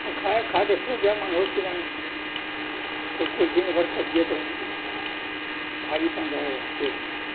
اور کھائے کھا کے سو گیا منحوس کہ نہیں تو اس کو دن بھر قبضیت رہے گی بھاری پن رہے گا پیٹ میں